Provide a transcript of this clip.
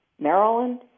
Maryland